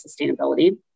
sustainability